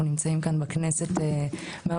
אנחנו נמצאים כאן בדיונים בכנסת בכל יום,